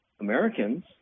Americans